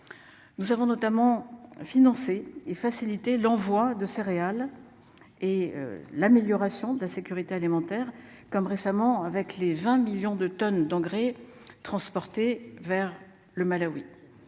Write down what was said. Nous avons notamment financé et faciliter l'envoi de céréales et l'amélioration de la sécurité alimentaire, comme récemment avec les 20 millions de tonnes d'engrais. Vers le Malawi.